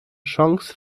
chance